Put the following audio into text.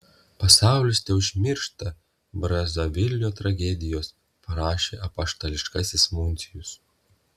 pasaulis teneužmiršta brazavilio tragedijos prašė apaštališkasis nuncijus